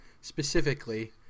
specifically